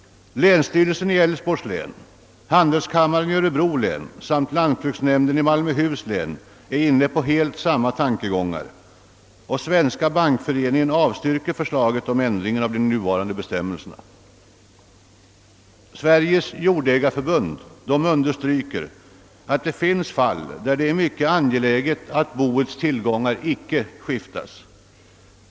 Länsstyrelsen i Älvsborgs län, handelskammaren i Örebro län samt lantbruksnämnden i Malmöhus län är inne på samma tankegångar. Svenska bankföreningen avstyrker förslaget om en ändring av de nuvarande bestämmelserna. Sveriges jordägarförbund understryker att det finns fall där det är mycket angeläget att boets tillgångar icke skiftas.